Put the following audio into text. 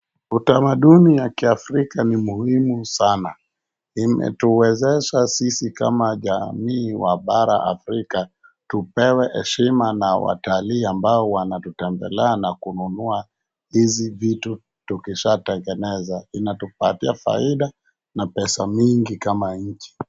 Utamaduni ya kiafrika ni ya umuhimu sana imetuwezesha sisi kama jamii wa bara Afrika tupewe heshima na watalii ambao wanatutembelea na kununua hizi vitu tukishatengeneza inatupatia faida na pesa nyingi kama nchi.